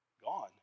gone